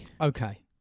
Okay